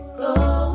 go